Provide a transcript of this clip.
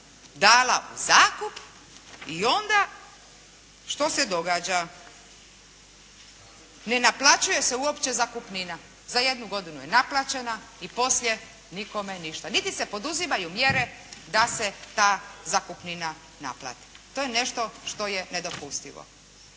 dala u zakup i onda što se događa? Ne naplaćuje se uopće zakupnina. Za jednu godinu je naplaćena i poslije nikome ništa. Niti se poduzimaju mjere da se ta zakupnina naplati. To je nešto što je nedopustivo.